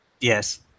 Yes